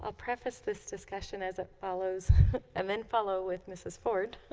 ah preface this discussion as it follows and then follow with ms. ford